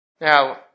Now